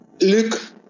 Look